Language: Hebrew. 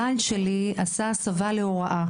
הבעל שלי עשה הסבה להוראה